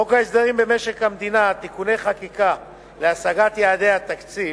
חוק הסדרים במשק המדינה (תיקוני חקיקה להשגת יעדי התקציב)